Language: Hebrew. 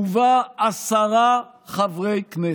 ובה עשרה חברי כנסת.